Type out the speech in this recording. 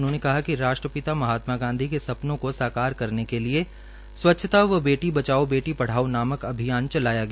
उन्होंने कहा कि राष्ट्रपिता महात्मा गांधी के सपनों को साकार करने के लिए स्वच्छता व बेटी बचाओ बेटी पढ़ाओं नामक अभियान चलाया गया